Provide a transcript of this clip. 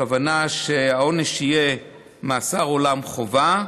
הכוונה שהעונש יהיה מאסר עולם חובה,